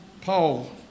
Paul